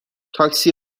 تاکسی